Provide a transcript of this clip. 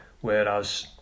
Whereas